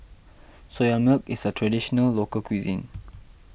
Soya Milk is a Traditional Local Cuisine